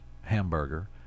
hamburger